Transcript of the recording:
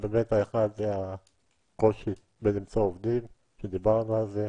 האחד - הקושי בלמצוא עובדים שדיברנו על זה.